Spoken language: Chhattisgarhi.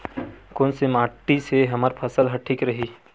कोन से माटी से हमर फसल ह ठीक रही?